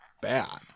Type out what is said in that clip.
bad